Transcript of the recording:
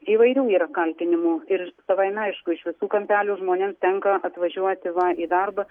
įvairių yra kaltinimų ir savaime aišku iš visų kampelių žmonėms tenka atvažiuoti va į darbą